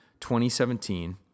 2017